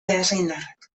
beasaindarrak